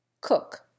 cook